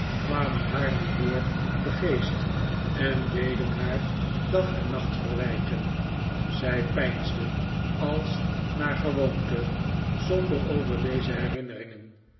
kwamen haar nu voor den geest en deden haar dag en nacht verwijten zij peinsde als naar gewoonte somber over deze herinneringen